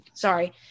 Sorry